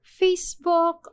Facebook